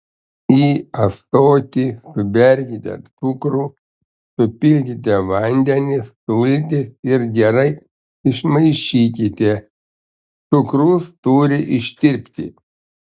į ąsotį suberkite cukrų supilkite vandenį sultis ir gerai išmaišykite cukrus turi ištirpti